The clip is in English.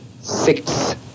six